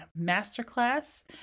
masterclass